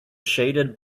shaded